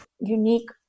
unique